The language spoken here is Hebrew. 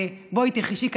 בואי תרכשי קנביס,